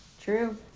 True